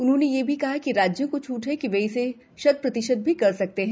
उन्होंने यह भी कहा कि राज्यों को छूट है कि वे इसे शत प्रतिशत भी कर सकते हैं